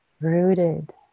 rooted